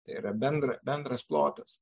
tai yra bendra bendras plotas